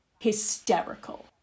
hysterical